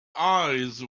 eyes